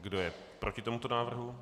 Kdo je proti tomuto návrhu?